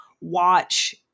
watch